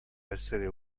essere